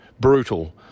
brutal